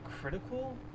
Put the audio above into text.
critical